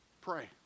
Pray